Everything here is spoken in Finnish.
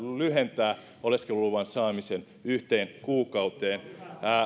lyhentää oleskeluluvan saamisen yhteen kuukauteen